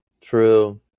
True